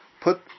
Put